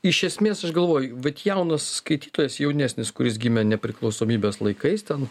iš esmės aš galvoju vat jaunas skaitytojas jaunesnis kuris gimė nepriklausomybės laikais ten